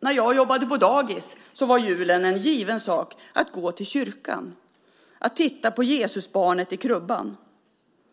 När jag jobbade på dagis var det en given sak att gå till kyrkan och titta på Jesusbarnet i krubban.